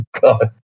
God